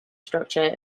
structure